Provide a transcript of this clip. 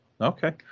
Okay